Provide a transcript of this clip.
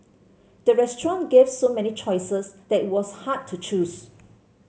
the restaurant gave so many choices that it was hard to choose